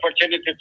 opportunity